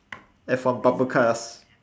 F one bumper cars